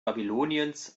babyloniens